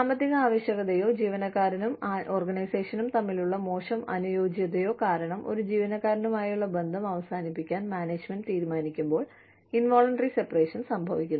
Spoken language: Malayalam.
സാമ്പത്തിക ആവശ്യകതയോ ജീവനക്കാരനും ഓർഗനൈസേഷനും തമ്മിലുള്ള മോശം അനുയോജ്യതയോ കാരണം ഒരു ജീവനക്കാരനുമായുള്ള ബന്ധം അവസാനിപ്പിക്കാൻ മാനേജ്മെന്റ് തീരുമാനിക്കുമ്പോൾ ഇൻവോളണ്ടറി സെപറേഷൻ സംഭവിക്കുന്നു